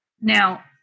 Now